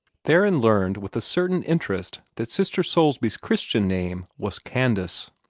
theron learned with a certain interest that sister soulsby's christian name was candace.